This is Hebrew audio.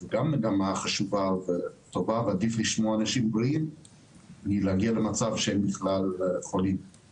זו גם מגמה חשובה וטובה ועדיף לשמור אנשים מלהגיע למצב שבכלל חולים,